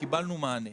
קיבלנו מענה.